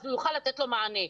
אז הוא יוכל לתת לו מענה.